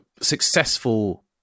successful